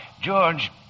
George